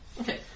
Okay